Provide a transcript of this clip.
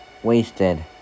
Wasted